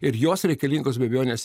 ir jos reikalingos be abejonės